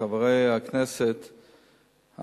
חברי הכנסת,